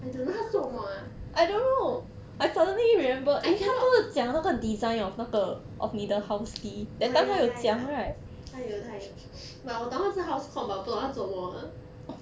I don't know 他是做什么 ah I cannot orh ya ya ya 他有他有 but 我懂他是 house comm but 我不懂他做什么的